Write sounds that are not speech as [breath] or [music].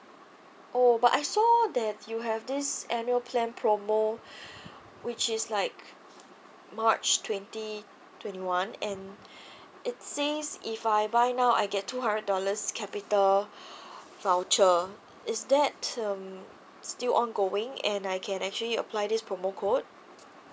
oh but I saw that you have this annual plan promo which is like march twenty twenty one and it says if I buy now I get two hundred dollars capital [breath] voucher is that um still ongoing and I can actually apply this promo code